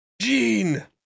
Gene